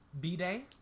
B-Day